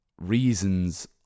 reasons